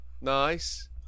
Nice